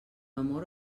amor